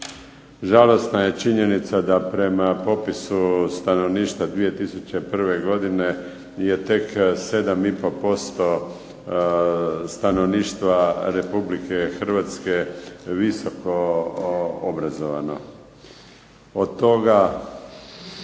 Žalosna je činjenica da prema popisu stanovništva 2001. godine je tek 7,5% stanovništva Republike Hrvatske visoko obrazovano. Od toga